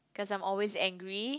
cause I'm always angry